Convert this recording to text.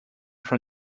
from